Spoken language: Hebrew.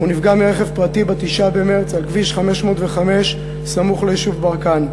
הוא נפגע מרכב פרטי ב-9 במרס על כביש 505 סמוך ליישוב ברקן.